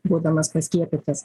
būdamas paskiepytas